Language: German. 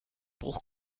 bruch